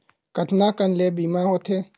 कतका कन ले बीमा होथे?